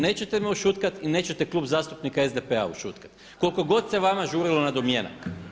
Nećete me ušutkati i nećete Klub zastupnika SDP-a ušutkati koliko god se vama žurilo na domjenak.